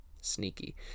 sneaky